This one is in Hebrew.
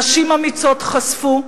נשים אמיצות חשפו,